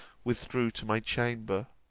withdrew to my chamber.